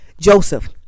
joseph